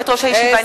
הישיבה,